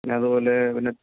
പിന്നെ അതുപോലെ പിന്നെ